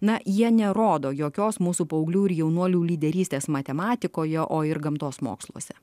na jie nerodo jokios mūsų paauglių ir jaunuolių lyderystės matematikoje o ir gamtos moksluose